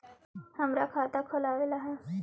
हमरा खाता खोलाबे ला है?